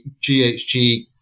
GHG